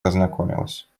познакомилась